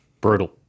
Brutal